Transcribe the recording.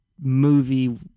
Movie